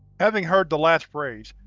having heard the last phrase,